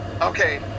Okay